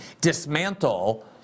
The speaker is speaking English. dismantle